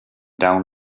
down